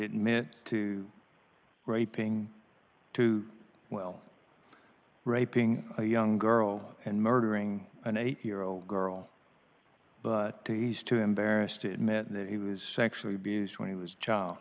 admit to right paying too well raping a young girl and murdering an eight year old girl to use too embarrassed to admit that he was sexually abused when he was child